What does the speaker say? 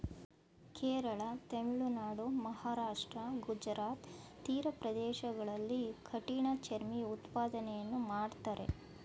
ಕೇರಳ, ತಮಿಳುನಾಡು, ಮಹಾರಾಷ್ಟ್ರ, ಗುಜರಾತ್ ತೀರ ಪ್ರದೇಶಗಳಲ್ಲಿ ಕಠಿಣ ಚರ್ಮಿ ಉತ್ಪಾದನೆಯನ್ನು ಮಾಡ್ತರೆ